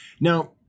Now